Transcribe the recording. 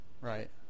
Right